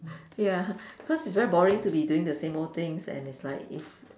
ya because it's very boring to be doing the same old things and it's like